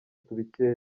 tubikesha